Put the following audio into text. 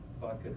vodka